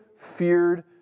feared